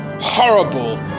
horrible